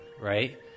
Right